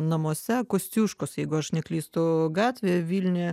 namuose kosciuškos jeigu aš neklystu gatvė vilniuje